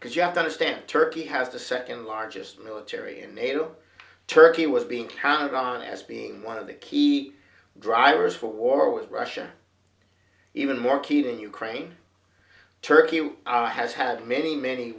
because you have to understand turkey has the second largest military in nato turkey was being counted on as being one of the key drivers for war with russia even more keating ukraine turkey you are has had many many